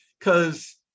Cause